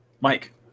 Mike